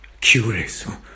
curious